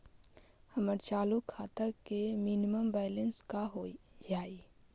हमर चालू खाता के मिनिमम बैलेंस का हई?